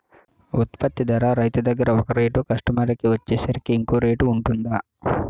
ఉత్పత్తి ధర రైతు దగ్గర ఒక రేట్ కస్టమర్ కి వచ్చేసరికి ఇంకో రేట్ వుంటుందా?